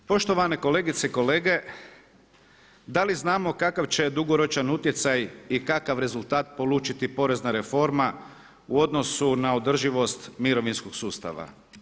Poštovane kolegice i kolege, da li znamo kakav će dugoročan utjecaj i kakav rezultat polučiti porezna reforma u odnosu na održivost mirovinskog sustava.